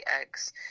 eggs